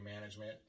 management